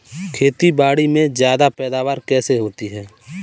खेतीबाड़ी में ज्यादा पैदावार कैसे होती है?